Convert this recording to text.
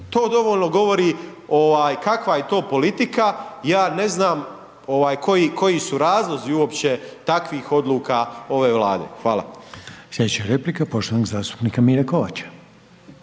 To dovoljno govori kakva je to politika, ja ne znam koji su razlozi uopće takvih odluka ove Vlade. Hvala. **Reiner, Željko (HDZ)** Slijedeća replika poštovanog zastupnika Mire Kovača.